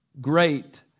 great